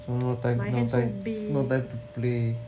also no time no time to play